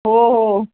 हो हो